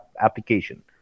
application